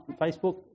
Facebook